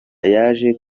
yaje